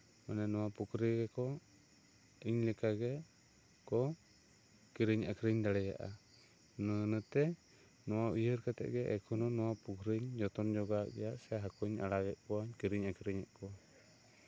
ᱢᱟᱱᱮ ᱱᱚᱣᱟ ᱯᱩᱠᱷᱨᱤ ᱜᱮᱠᱚ ᱤᱧ ᱞᱮᱠᱟ ᱜᱮ ᱠᱚ ᱠᱤᱨᱤᱧ ᱟᱠᱷᱨᱤᱧ ᱫᱟᱲᱮᱭᱟᱜᱼᱟ ᱚᱱᱟᱛᱮ ᱱᱚᱣᱟ ᱩᱭᱦᱟᱹᱨ ᱠᱟᱛᱮᱜ ᱜᱮ ᱮᱠᱷᱚᱱ ᱦᱚᱸ ᱱᱚᱣᱟ ᱯᱩᱠᱷᱨᱤ ᱡᱚᱛᱚᱱ ᱡᱚᱜᱟᱣ ᱮᱜ ᱜᱮᱭᱟ ᱥᱮ ᱦᱟᱹᱠᱩ ᱠᱩᱧ ᱟᱲᱟᱜ ᱮᱜ ᱠᱚᱣᱟ ᱠᱤᱨᱤᱧ ᱟᱠᱷᱨᱤᱧ ᱠᱚᱣᱟ